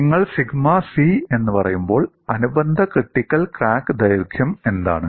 നിങ്ങൾ sigma C എന്ന് പറയുമ്പോൾ അനുബന്ധ ക്രിട്ടിക്കൽ ക്രാക്ക് ദൈർഘ്യം എന്താണ്